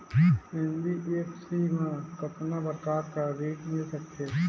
NBFC मा कतना प्रकार कर ऋण मिल सकथे?